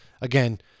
again